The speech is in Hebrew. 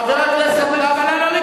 חבר הכנסת גפני.